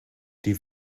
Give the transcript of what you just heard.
die